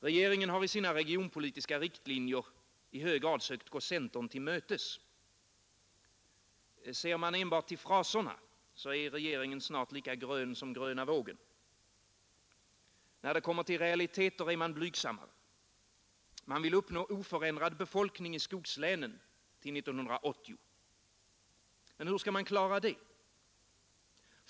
Regeringen har i sina regionpolitiska riktlinjer i hög grad sökt gå centern till mötes. Ser man enbart till fraserna är regeringen snart lika grön som gröna vågen. När det kommer till realiteter är man blygsammare. Man vill uppnå oförändrad befolkning i skogslänen till 1980. Hur skall man klara det?